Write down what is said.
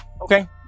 Okay